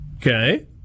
Okay